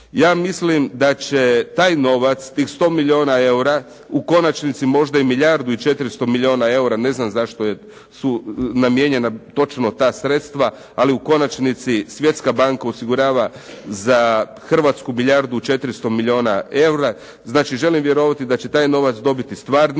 Ja mislim da će taj novac, tih 100 milijuna eura u konačnici možda i milijardu i 400 milijuna eura, ne znam zašto su namijenjena točno ta sredstva, ali u konačnici Svjetska banka osigurava za Hrvatsku milijardu 400 milijuna eura. Znači, želim vjerovati da će taj novac dobiti stvarni